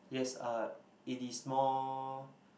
yes uh it is more